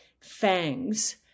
fangs